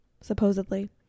supposedly